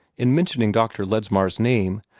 in mentioning dr. ledsmar's name,